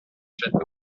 château